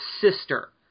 sister